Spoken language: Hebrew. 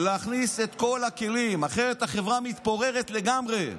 להכניס את כל הכלים, אחרת החברה מתפוררת לגמרי.